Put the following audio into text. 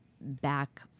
back